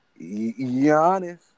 Giannis